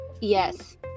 yes